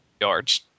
yards